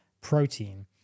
protein